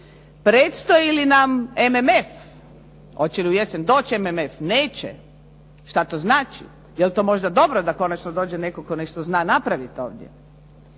Predstoji li nam MMF? Hoće li u jesen doći MMF? Neće? Što to znači? Jel to možda dobro da konačno dođe netko tko nešto zna napraviti ovdje?